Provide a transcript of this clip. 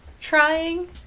trying